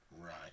Right